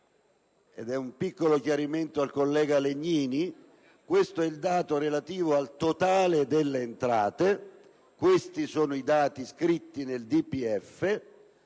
lordo. Un piccolo chiarimento rivolto al senatore Legnini: questo è il dato relativo al totale delle entrate e questi sono i dati scritti nel DPEF.